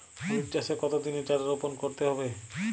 হলুদ চাষে কত দিনের চারা রোপন করতে হবে?